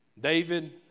David